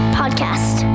podcast